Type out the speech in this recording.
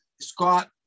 Scott